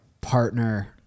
partner